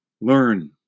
Learn